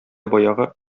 баягы